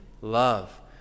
love